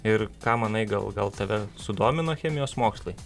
ir ką manai gal gal tave sudomino chemijos mokslai